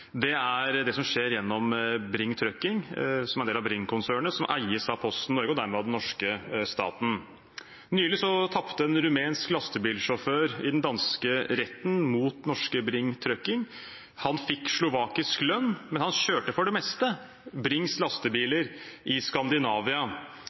er det som skjer gjennom Bring Trucking, som er en del av Bring-konsernet, og som eies av Posten Norge og dermed av den norske staten. Nylig tapte en rumensk lastebilsjåfør i den danske retten mot norske Bring Trucking. Han fikk slovakisk lønn, men kjørte for det meste Brings